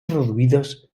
reduïdes